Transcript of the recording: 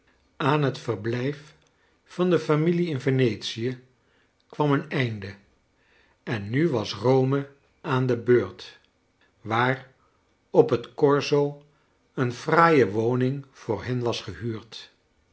aan het verblijf van de familie in venetie kwam een einde en nu was rome aan de beurt waar op het corso een fraaie woning voor hen was gehuurd